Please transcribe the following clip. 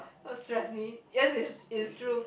don't stress me because it's it's true